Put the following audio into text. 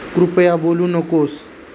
कृपया बोलू नकोस